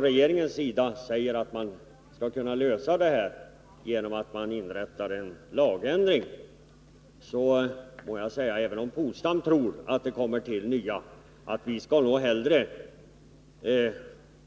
Regeringen säger nu också att problemet skall lösas genom en lagändring. Åke Polstam tror kanske att systemet med medborgarvittnen kommer att införas inom fler polisdistrikt, men jag